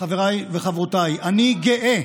חבריי וחברותיי, אני גאה,